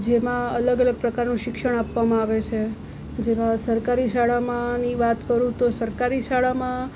જેમાં અલગ અલગ પ્રકારનું શિક્ષણ આપવામાં આવે છે જેમાં સરકારી શાળામાંની વાત કરું તો સરકારી શાળામાં